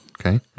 Okay